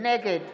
נגד